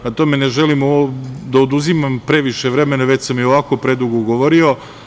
O tome ne želim da oduzimam previše vremena, već sam predugo govorio.